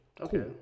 okay